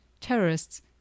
terrorists